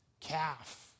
calf